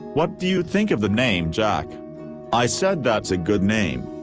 what do you think of the name jack i said that's a good name.